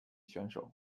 选手